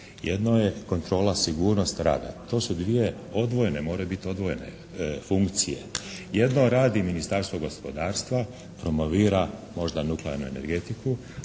Jedno je kontrola sigurnosti rada. To su dvije odvojene, moraju biti odvojene funkcije. Jedno radi Ministarstvo gospodarstva, promovira možda nuklearnu energetiku,